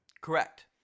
Correct